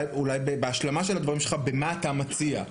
בהשלמה של דבריך במה שאתה מציע.